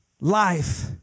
life